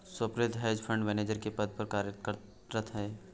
Swapnil hedge fund manager के पद पर कार्यरत है